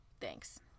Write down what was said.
Thanks